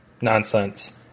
nonsense